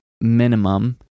minimum